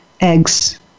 eggs